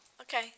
Okay